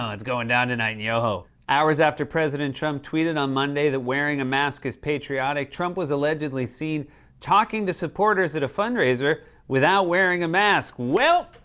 um it's going down tonight in yoho. hours after president trump tweeted on monday that wearing a mask is patriotic, trump was allegedly seen talking to supporters at a fundraiser without wearing a mask. well,